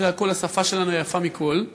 אחרי הכול השפה שלנו יפה מכול,